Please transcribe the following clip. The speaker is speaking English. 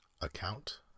Account